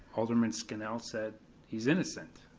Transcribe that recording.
alderman scannell said he's innocent.